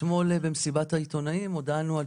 אתמול במסיבת העיתונאים הודענו על